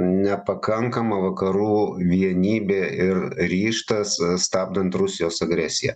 nepakankama vakarų vienybė ir ryžtas stabdant rusijos agresiją